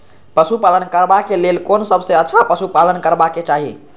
पशु पालन करबाक लेल कोन सबसँ अच्छा पशु पालन करबाक चाही?